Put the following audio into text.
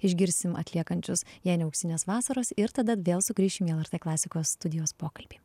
išgirsim atliekančius jei ne auksinės vasaros ir tada vėl sugrįšim į lrt klasikos studijos pokalbį